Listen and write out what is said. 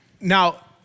Now